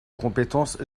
compétence